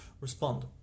respond